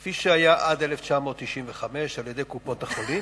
כפי שהיה עד 1995 על-ידי קופות-החולים,